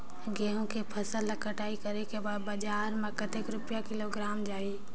गंहू के फसल ला कटाई करे के बाद बजार मा कतेक रुपिया किलोग्राम जाही?